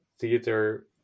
Theater